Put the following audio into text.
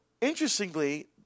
interestingly